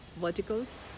verticals